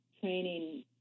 training